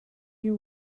you